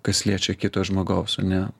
kas liečia kito žmogaus o ne